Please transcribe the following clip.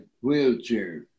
wheelchair